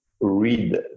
read